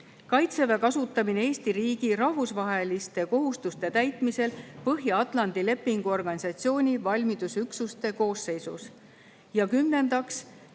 "Kaitseväe kasutamine Eesti riigi rahvusvaheliste kohustuste täitmisel Põhja-Atlandi Lepingu Organisatsiooni valmidusüksuste koosseisus". Ja kümnendaks,